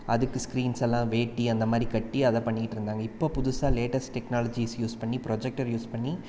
அதுக்கு ஸ்க்ரீன்ஸெல்லாம் வேட்டி அந்த மாதிரி கட்டி அதை பண்ணிகிட்டிருந்தாங்க இப்போ புதுசா லேட்டஸ்ட் டெக்னாலஜிஸ் யூஸ் பண்ணி ப்ரொஜெக்டர் யூஸ் பண்ணி